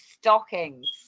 stockings